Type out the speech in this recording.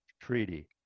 Treaty